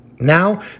Now